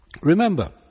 Remember